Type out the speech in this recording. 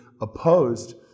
opposed